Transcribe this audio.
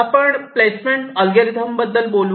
आपण placement algorithm बद्दल बोलू